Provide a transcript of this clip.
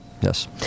yes